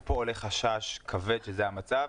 ופה יש חשש כבד שזה המצב,